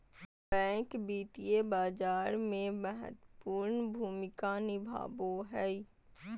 bank वित्तीय बाजार में महत्वपूर्ण भूमिका निभाबो हइ